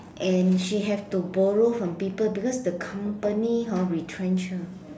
and she has to borrow from people because the company hor retrench her